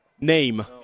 name